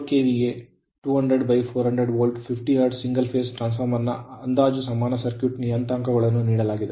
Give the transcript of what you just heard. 4KVA 200400 Volt 50 Hertz single phase transformer ನ ಅಂದಾಜು ಸಮಾನ ಸರ್ಕ್ಯೂಟ್ ನ ನಿಯತಾಂಕಗಳನ್ನು ನೀಡಲಾಗಿದೆ